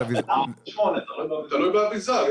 תלוי באביזר.